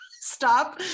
stop